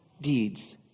deeds